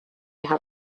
have